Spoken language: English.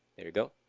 there you go.